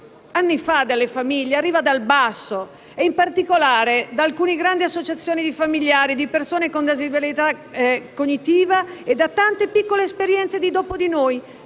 anni fa dalle famiglie, arriva dal basso, in particolare da alcune grandi associazioni di familiari di persone con disabilità cognitiva e da tante piccole esperienze di "dopo di noi"